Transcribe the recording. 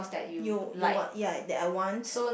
you you want ya that I want